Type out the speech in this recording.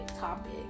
topic